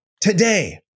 today